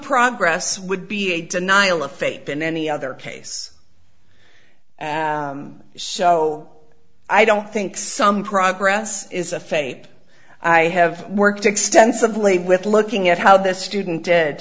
progress would be a denial of faith in any other case so i don't think some progress is a fate i have worked extensively with looking at how this student did